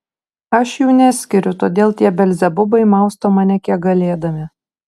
aš jų neskiriu todėl tie belzebubai mausto mane kiek galėdami